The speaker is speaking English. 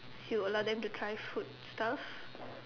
you would allow them to try food stuff